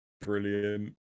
brilliant